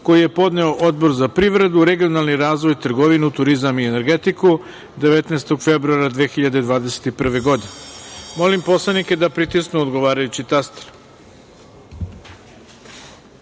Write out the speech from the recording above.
koji je podneo Odbor za privredu, regionalni razvoj, trgovinu, turizam i energetiku 19. februara 2021. godine. Molim poslanike da pritisnu odgovarajući